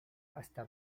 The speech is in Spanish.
hasta